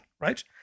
right